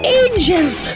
angels